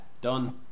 done